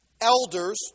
elders